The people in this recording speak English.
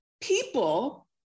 people